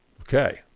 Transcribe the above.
Okay